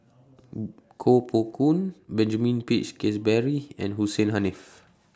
Koh Poh Koon Benjamin Peach Keasberry and Hussein Haniff